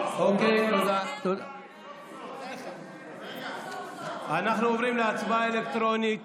אנחנו עוברים להצבעה אלקטרונית